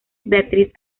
beatriz